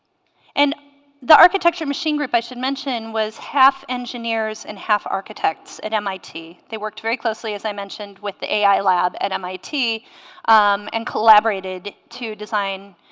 and the architecture machine group i should mention was half engineers and half architects at mit they worked very closely as i mentioned with the ai lab at mit and collaborated to design